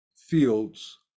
fields